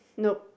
nope